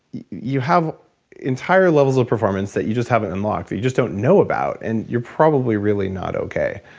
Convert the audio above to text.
you have entire levels of performance that you just haven't unlocked, that you just don't know about. and you're probably really not okay.